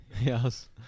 Yes